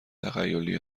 تخیلی